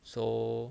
so